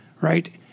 right